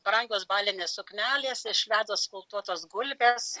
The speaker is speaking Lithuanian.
brangios balinės suknelės iš ledo skaptuotos gulbės